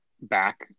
back